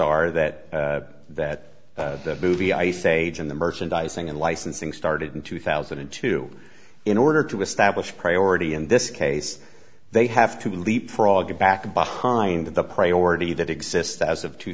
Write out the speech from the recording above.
are that that the movie ice age and the merchandising and licensing started in two thousand and two in order to establish priority in this case they have to leapfrog back behind the priority that exists as of two